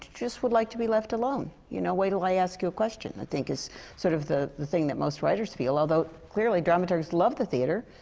just would like to be left alone. you know, wait til i ask you a question. i think is sort of the the thing that most writers feel. although clearly, dramaturgs love the theatre,